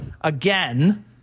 again